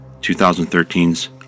2013's